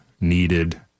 needed